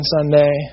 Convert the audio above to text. Sunday